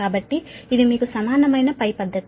కాబట్టి ఇది మీకు సమానమైన పద్ధతి